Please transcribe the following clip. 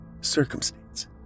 circumstance